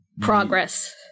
progress